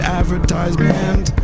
advertisement